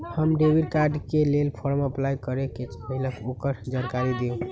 हम debit card के लेल फॉर्म अपलाई करे के चाहीं ल ओकर जानकारी दीउ?